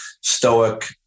stoic